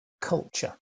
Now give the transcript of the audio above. culture